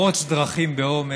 לפרוץ דרכים באומת,